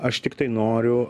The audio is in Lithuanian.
aš tiktai noriu